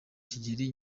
kigeli